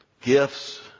gifts